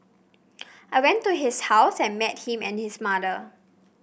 I went to his house and met him and his mother